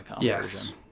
yes